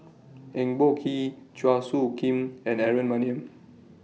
Eng Boh Kee Chua Soo Khim and Aaron Maniam